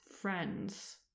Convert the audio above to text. friends